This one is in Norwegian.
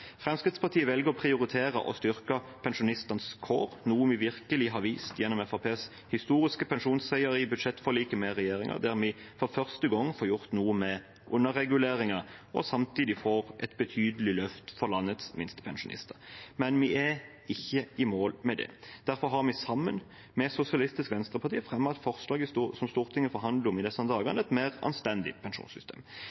Fremskrittspartiet velger å prioritere og styrke pensjonistenes kår, noe vi virkelig har vist gjennom Fremskrittspartiets historiske pensjonsseier i budsjettforliket med regjeringen, der vi for første gang får gjort noe med underreguleringer, og samtidig får et betydelig løft for landets minstepensjonister. Men vi er ikke i mål med det. Derfor har vi sammen med Sosialistisk Venstreparti fremmet et forslag som Stortinget forhandler om i disse